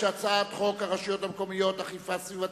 חוק הרשויות המקומיות (אכיפה סביבתית,